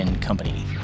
Company